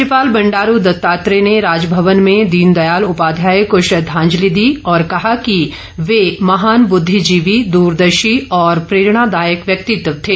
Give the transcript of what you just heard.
राज्यपाल बंडारू दत्तात्रेय ने राजभवन में दीनदयाल उपाध्याय को श्रद्वांजलि दी और कहा कि वे महान बुद्धिजीवी दूरदर्शी और प्रेरणादायक व्यक्तित्व थे